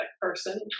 person